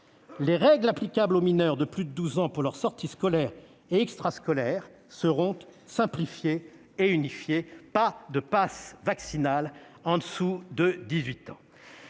Les règles applicables aux mineurs de plus de 12 ans pour leurs sorties scolaires et extrascolaires seront simplifiées et unifiées. Pas de passe vaccinal en dessous de 18 ans